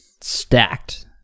stacked